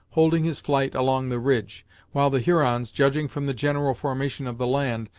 holding his flight along the ridge while the hurons, judging from the general formation of the land,